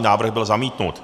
Návrh byl zamítnut.